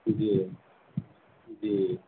جی جی